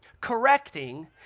correcting